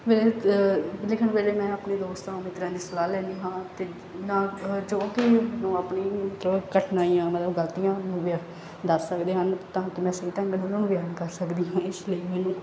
ਮੇਰਾ ਲਿੱਖਣ ਵੇਲੇੇ ਮੈਂ ਆਪਣੇ ਦੋਸਤਾਂ ਮਿੱਤਰਾਂ ਦੀ ਸਲਾਹ ਲੈਂਦੀ ਹਾਂ ਅਤੇ ਨਾ ਜੋ ਕਿ ਆਪਣੀ ਮਤਲਬ ਕਠਿਨਾਈਆਂ ਮਤਲਵ ਗਲਤੀਆਂ ਹੋ ਗਈਆਂ ਦੱਸ ਸਕਦੇ ਹਨ ਤਾਂ ਕਿ ਮੈਂ ਸਹੀ ਢੰਗ ਨਾਲ ਉਹਨਾਂ ਨੂੰ ਬਿਆਨ ਕਰ ਸਕਦੀ ਹਾਂ ਇਸ ਲਈ ਮੈਨੂੰ